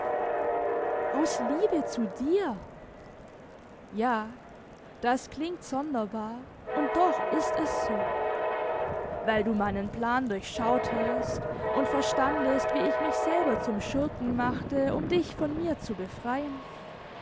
aus liebe zu dir ja das klingt sonderbar und doch ist es so weil du meinen plan durchschautest und verstandest wie ich mich selber zum schurken machte um dich von mir zu befreien